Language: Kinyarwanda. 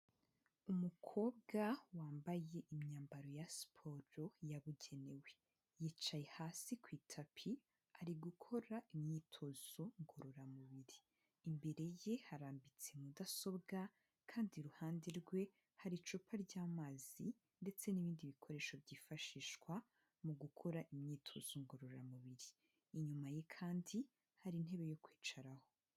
Umukobwa wambaye imyambaro ya siporo yabugenewe, yicaye hasi ku itapi ari gukora imyitozo ngororamubiri, imbere ye harambitse mudasobwa kandi iruhande rwe hari icupa ry'amazi ndetse n'ibindi bikoresho byifashishwa mu gukora imyitozo ngororamubiri, inyuma ye kandi hari intebe yo kwicaraho.